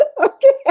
Okay